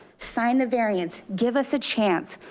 sign the variance, give us a chance,